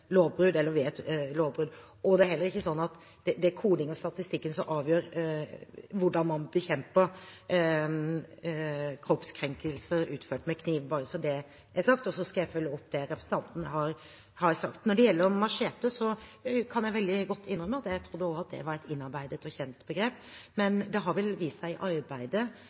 lovbrudd. Det er ikke sånn at kodingen og statistikken avgjør hvordan man bekjemper kroppskrenkelser utført med kniv, bare så det er sagt – og så skal jeg følge opp det representanten har sagt. Når det gjelder machete, kan jeg veldig godt innrømme at jeg også trodde det var et innarbeidet og kjent begrep, men i arbeidet som nå er gjort i forsøket på å lovfeste dette, har det vel vist seg